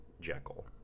Jekyll